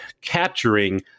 capturing